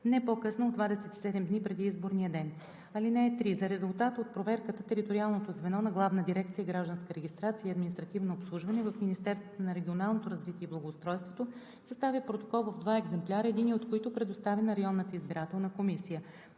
не по-късно от 27 дни преди изборния ден. (3) За резултата от проверката териториалното звено на Главна дирекция „Гражданска регистрация и административно обслужване“ в Министерството на регионалното развитие и благоустройството съставя протокол в два екземпляра, единия от които предоставя на районната избирателна комисия.